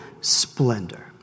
splendor